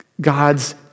God's